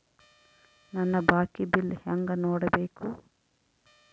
ನನ್ನ ಬಾಕಿ ಬಿಲ್ ಹೆಂಗ ನೋಡ್ಬೇಕು?